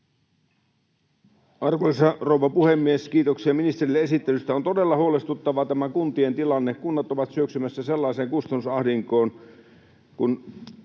Arvoisa rouva puhemies! Kiitoksia ministerille esittelystä. — On todella huolestuttava tämä kuntien tilanne. Kunnat ovat syöksymässä sellaiseen kustannusahdinkoon kuin